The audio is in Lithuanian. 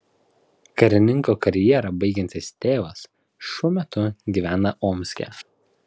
karininko karjerą baigiantis tėvas šiuo metu gyvena omske